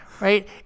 Right